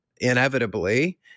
inevitably